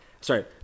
Sorry